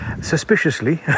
suspiciously